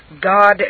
God